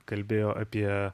kalbėjo apie